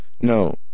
No